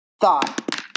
thought